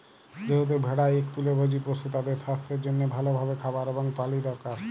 যেহেতু ভেড়া ইক তৃলভজী পশু, তাদের সাস্থের জনহে ভাল ভাবে খাবার এবং পালি দরকার